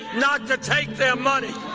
not to take their money